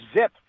zip